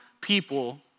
people